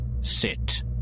sit